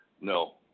No